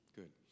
good